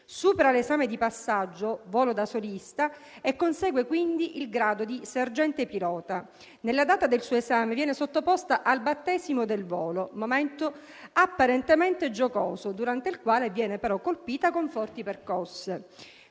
supera l'esame di passaggio, volo da solista, e consegue quindi il grado di sergente pilota. Nella data del suo esame viene sottoposta al battesimo del volo, momento apparentemente giocoso, durante il quale viene però colpita con forti percosse;